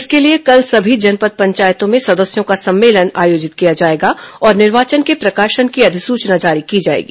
इसके लिए कल सभी जनपद पंचायतों में सदस्यों का सम्मेलन आयोजित किया जाएगा और निर्वाचन के प्रकाशन की अधिसूचना जारी की जाएगी